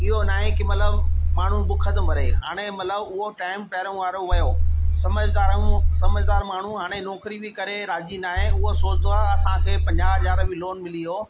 इहो नाहे कि मतलबु माण्हू बुख थो मरे हाणे मतलबु उहो टाईम पहिरियों वारो वियो समुझदार ऐं समुझदार माण्हू हाणे नौकिरी बि करे राज़ी नाहे उहो सोचींदो आहे असांखे पंजाह हज़ार बि लोन मिली वियो